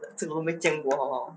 这个都没见过好不好